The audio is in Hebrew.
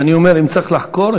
ואני אומר: אם צריך לחקור,